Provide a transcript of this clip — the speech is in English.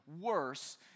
worse